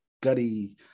gutty